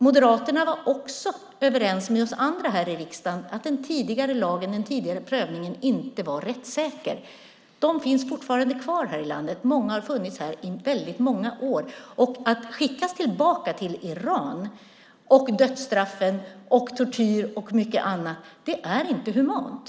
Moderaterna var också överens med oss andra här i riksdagen om att den tidigare lagen, den tidigare prövningen, inte var rättssäker. Dessa personer finns fortfarande kvar här i landet. Många har funnits här i väldigt många år. Att skicka tillbaka någon till Iran, dödsstraff, tortyr och mycket annat - det är inte humant.